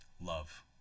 love